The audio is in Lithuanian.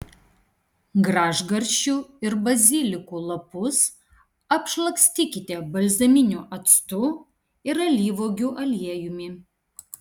gražgarsčių ir bazilikų lapus apšlakstykite balzaminiu actu ir alyvuogių aliejumi